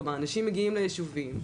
זאת אומרת אנשים מגיעים לישובים,